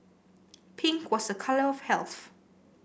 pink was a colour of health